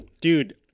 dude